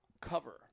cover